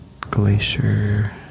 Glacier